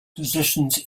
positions